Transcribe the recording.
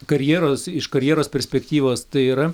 karjeros iš karjeros perspektyvos tai yra